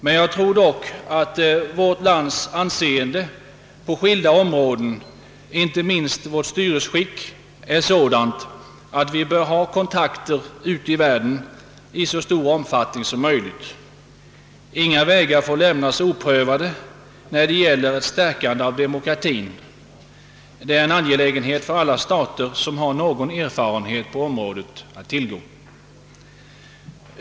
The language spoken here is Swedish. Men jag tror ändå att vårt lands anseende på skilda områden — det gäller inte minst vårt styrelseskick är sådant att vi bör ha kontakter ute i världen i så stor omfattning som möjligt. Inga vägar får lämnas oprövade när det gäller stärkandet av demokratien — det är en angelägenhet för alla stater som har någon erfarenhet att tillgå.